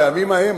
בימים ההם,